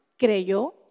creyó